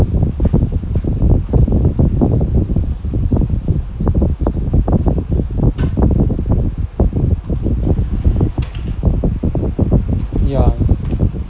ya